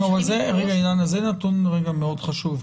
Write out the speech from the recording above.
זה נתון מאוד חשוב.